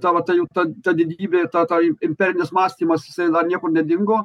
ta va ta jų ta ta didybė ta ta imperinis mąstymas jisai na niekur nedingo